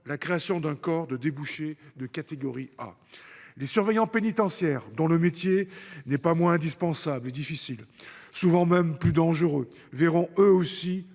la création d’un corps de débouché de catégorie A. Les surveillants pénitentiaires, dont le métier n’est pas moins indispensable et difficile – il est souvent même plus dangereux –, verront, eux aussi,